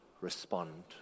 respond